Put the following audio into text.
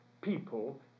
people